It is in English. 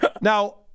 Now